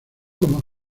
como